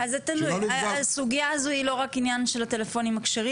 שלא --- הסוגייה הזו היא לא רק עניין של הטלפונים הכשרים